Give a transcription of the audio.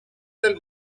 del